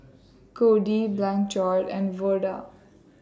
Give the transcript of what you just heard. Codi Blanchard and Verda